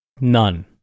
None